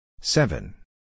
seven